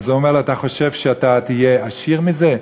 הוא אומר לו: אתה חושב שאתה תהיה עשיר מזה?